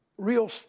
Real